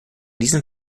diesem